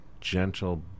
gentle